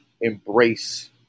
embrace